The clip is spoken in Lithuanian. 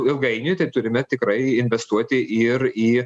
ilgainiui tai turime tikrai investuoti ir į